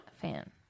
fan